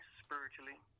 spiritually